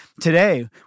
today